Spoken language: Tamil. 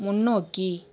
முன்னோக்கி